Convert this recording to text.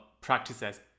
practices